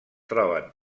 troben